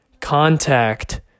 contact